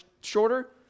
shorter